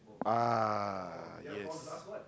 ah yes